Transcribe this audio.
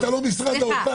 אתה לא משרד האוצר,